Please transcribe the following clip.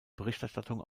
berichterstattung